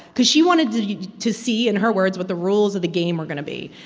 because she wanted to to see, in her words, what the rules of the game were going to be.